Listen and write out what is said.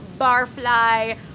Barfly